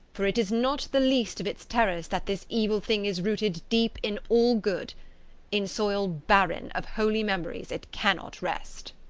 for it is not the least of its terrors that this evil thing is rooted deep in all good in soil barren of holy memories it cannot rest.